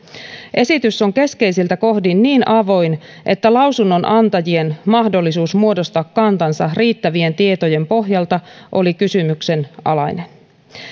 esitys on keskeisiltä kohdin niin avoin että lausunnonantajien mahdollisuus muodostaa kantansa riittävien tietojen pohjalta oli kysymyksenalainen